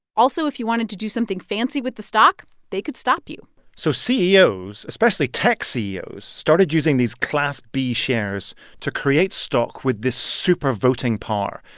also, if you wanted to do something fancy with the stock, they could stop you so ceos, especially tech ceos, started using these class b shares to create stock with this super voting power,